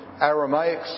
Aramaic